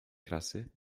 krasy